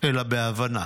אלא בהבנה